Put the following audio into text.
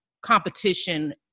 competition